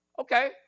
Okay